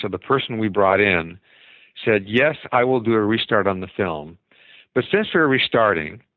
the person we brought in said yes, i will do a restart on the film but since we're restarting,